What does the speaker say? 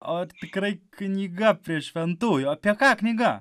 o tikrai knyga prie šventųjų apie ką knyga